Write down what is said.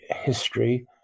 history